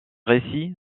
récits